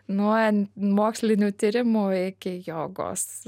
nuo mokslinių tyrimų iki jogos